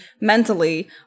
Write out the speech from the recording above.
mentally